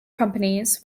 companies